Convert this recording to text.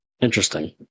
Interesting